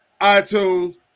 iTunes